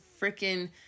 freaking